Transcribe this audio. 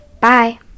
Bye